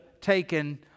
taken